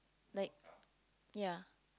like yeah